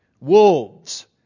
wolves